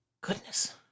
Goodness